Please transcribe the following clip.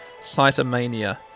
Cytomania